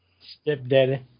Stepdaddy